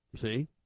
See